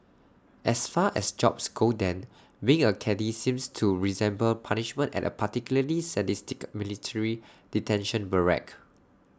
as far as jobs go then being A caddie seems to resemble punishment at A particularly sadistic military detention barrack